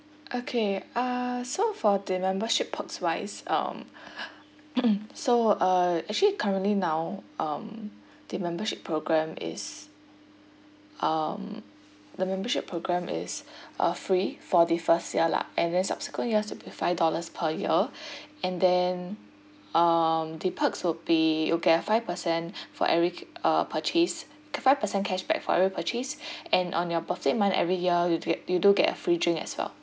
okay uh so for the membership perks wise um so uh actually currently now um the membership program is um the membership program is uh free for the first year lah and then subsequent years will be five dollars per year and then um the perks will be you'll get a five percent for every uh purchase ca~ five percent cashback for every purchase and on your birthday month every year you you do get a free drink as well